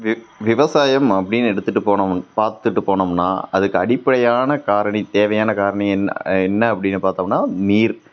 விவசாயம் அப்படின்னு எடுத்துகிட்டு போனோம் பார்த்துட்டு போனோம்னா அதுக்கு அடிப்படையான காரணி தேவையான காரணி என்ன என்ன அப்படின்னு பாத்தோம்னா நீர்